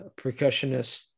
percussionist